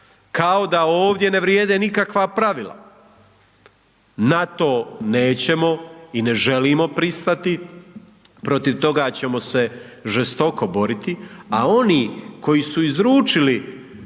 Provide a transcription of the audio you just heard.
kao da ovdje ne vrijede nikakva pravila. Na to nećemo i ne želimo pristati, protiv toga ćemo se žestoko boriti, a oni koji su izručili,